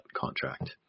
contract